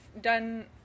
done